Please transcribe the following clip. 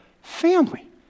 family